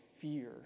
fear